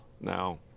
now